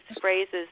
Phrases